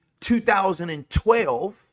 2012